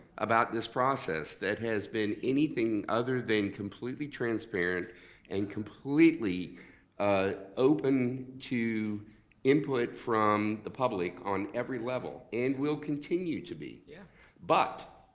about this process that has been anything other than completely transparent and completely ah open to input from the public on every level and will continue to be. yeah but,